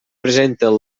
presenten